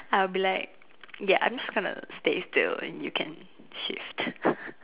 I'll be like ya I'm just gonna stay still and you can shift